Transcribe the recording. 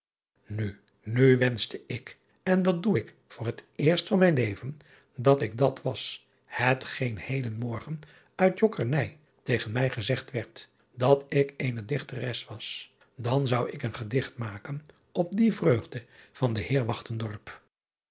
u nu wenschte ik en dat doe ik voor het eerst van mijn leven dat ik dat was hetgeen heden morgen uit jokkernij tegen mij gezegd werd dat ik eene dichteres was dan zou ik een gedicht maken op die vreugde van den